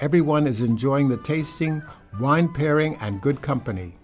everyone is enjoying the tasting wine pairing and good company